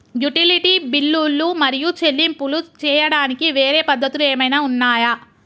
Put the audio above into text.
Utility బిల్లులు మరియు చెల్లింపులు చేయడానికి వేరే పద్ధతులు ఏమైనా ఉన్నాయా?